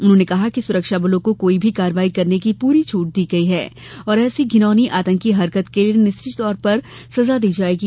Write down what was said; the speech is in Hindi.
उन्होंने कहा कि सुरक्षाबलों को कोई भी कार्रवाई करने की पूरी छूट दी गई है और ऐसी धिनौनी आतंकी हरकत के लिए निश्चित तौर पर सजा दी जाएगी